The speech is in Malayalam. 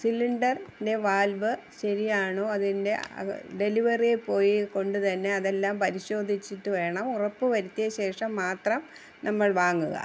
സിലിണ്ടറി ൻ്റെ വാൽവ് ശെരിയാണോ അതിൻ്റെ ഡെലിവറി ബോയിയെ കൊണ്ടുതന്നെ അതെല്ലാം പരിശോധിച്ചിട്ടുവേണം ഉറപ്പുവരുത്തിയ ശേഷം മാത്രം നമ്മൾ വാങ്ങുക